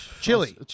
Chili